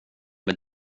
mig